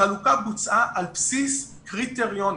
החלוקה בוצעה על בסיס קריטריונים.